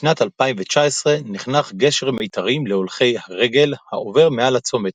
בשנת 2019 נחנך גשר מיתרים להולכי רגל העובר מעל הצומת,